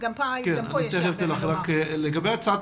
הצעת